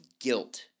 guilt